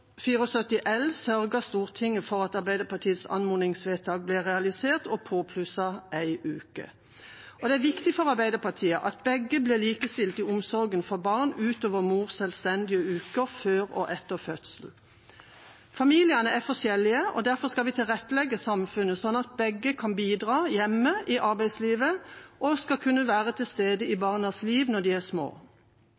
L for 2017–2018 sørget Stortinget for at Arbeiderpartiets anmodningsvedtak ble realisert, og påplusset én uke. Det er viktig for Arbeiderpartiet at begge foreldre blir likestilt i omsorgen for barn, utover mors selvstendige uker før og etter fødsel. Familiene er forskjellige. Derfor skal vi tilrettelegge samfunnet slik at begge foreldre kan bidra hjemme og i arbeidslivet, og skal kunne være til stede i